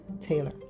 Taylor